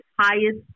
highest